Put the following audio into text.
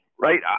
right